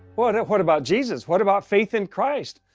what and what about jesus? what about faith in christ?